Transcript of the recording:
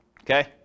okay